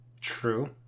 True